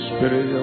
Spirit